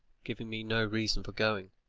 giving me no reason for going.